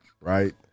Right